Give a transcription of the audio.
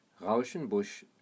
Rauschenbusch